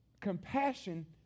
compassion